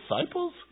disciples